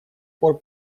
пор